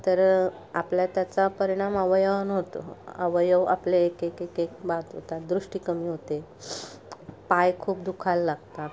तर आपल्या त्याचा परिणाम अवयवांवर होतं अवयव आपले एक एक एक एक बाद होतात दृष्टी कमी होते पाय खूप दुखायला लागतात